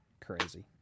Crazy